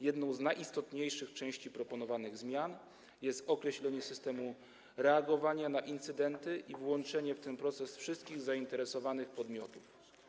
Jedną z najistotniejszych części proponowanych zmian jest określenie systemu reagowania na incydenty i włączenie w ten proces wszystkich zainteresowanych podmiotów.